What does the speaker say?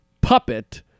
puppet